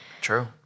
true